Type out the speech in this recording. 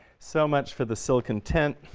so much for the silken tent,